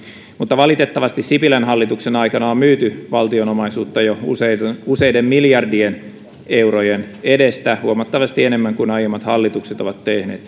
valitettavasti sipilän hallituksen aikana on myyty valtion omaisuutta jo useiden useiden miljardien eurojen edestä huomattavasti enemmän kuin aiemmat hallitukset ovat tehneet